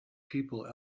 people